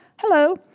Hello